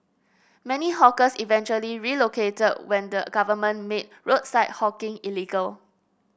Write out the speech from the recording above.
many hawkers eventually relocated when the government made roadside hawking illegal